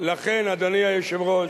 אדוני היושב-ראש,